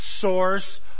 source